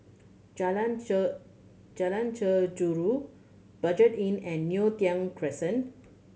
Jalan Jalan Jeruju Budget Inn and Neo Tiew Crescent